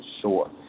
sure